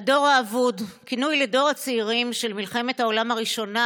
"הדור האבוד" הוא כינוי לדור הצעירים של מלחמת העולם הראשונה,